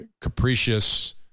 capricious